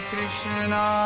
Krishna